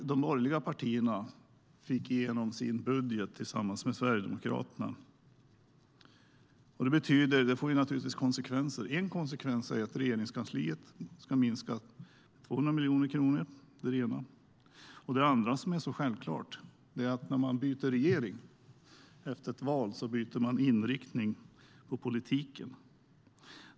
De borgerliga partierna fick igenom sin budget tillsammans med Sverigedemokraterna. Det får naturligtvis konsekvenser. Det andra, som är så självklart, är att när man byter regering efter ett val byter man inriktning på politiken.